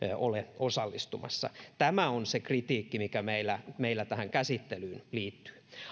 ole osallistumassa tämä on se kritiikki mikä meillä meillä tähän käsittelyyn liittyy